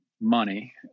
money